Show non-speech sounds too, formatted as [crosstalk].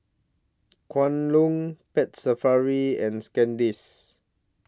[noise] Kwan Loong Pet Safari and [unintelligible]